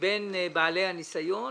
מבין בעלי הניסיון,